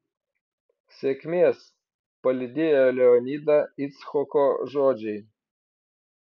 sėkmės palydėjo leonidą icchoko žodžiai